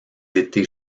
étés